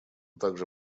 также